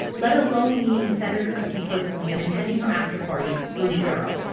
let alone meeting senator clinton personally and attending her after party, were zero.